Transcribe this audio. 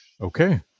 Okay